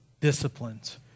disciplines